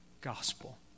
gospel